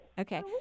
Okay